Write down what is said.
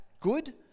good